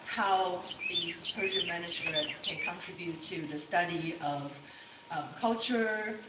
how these persian manuscripts can contribute to the study of culture,